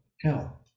Hell